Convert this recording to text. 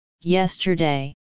yesterday